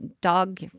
dog